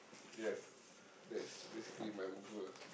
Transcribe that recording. yes that's basically my motto ah